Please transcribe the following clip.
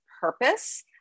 purpose